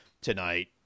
tonight